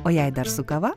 o jei dar su kava